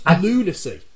lunacy